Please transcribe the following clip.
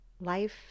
life